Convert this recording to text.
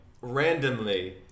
Randomly